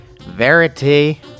verity